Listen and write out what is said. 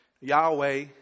Yahweh